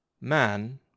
Man